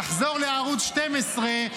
תחזור לערוץ 12,